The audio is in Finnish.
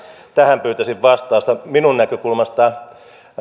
tähän pyytäisin vastausta minun näkökulmastani